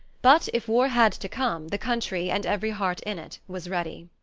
but if war had to come, the country, and every heart in it, was ready.